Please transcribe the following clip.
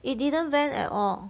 it didn't vent at all